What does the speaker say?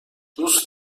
دوست